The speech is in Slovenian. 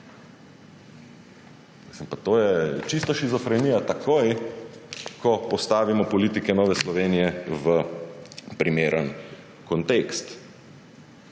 To je čista shizofrenija, takoj ko postavimo politike Nove Slovenije v primeren kontekst.